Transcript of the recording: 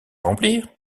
remplir